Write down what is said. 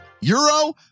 euro